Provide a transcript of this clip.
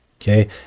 okay